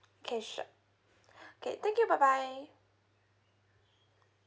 okay sure okay thank you bye bye